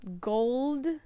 gold